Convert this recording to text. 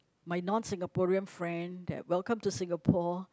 my non Singaporean friend that welcome to Singapore